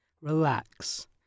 relax